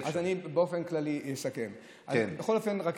אז אסכם באופן כללי.